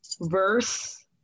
verse